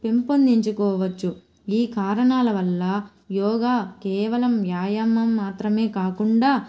పెంపొందించుకోవచ్చు ఈ కారణాల వల్ల యోగ కేవలం వ్యాయామం మాత్రమే కాకుండా